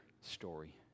story